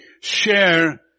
share